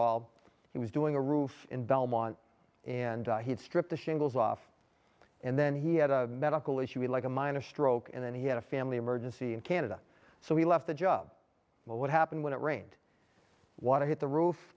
all he was doing a roof in belmont and he'd stripped the shingles off and then he had a medical issue like a minor stroke and then he had a family emergency in canada so he left the job but what happened when it rained water hit the roof